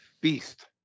beast